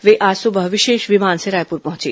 वे आज सुबह विशेष विमान से रायपुर पहुंचे